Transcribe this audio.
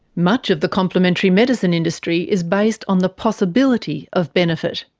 much of the complementary medicine industry is based on the possibility of benefit.